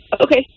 Okay